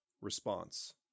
Response